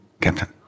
captain